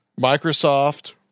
Microsoft